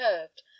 curved